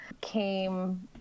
came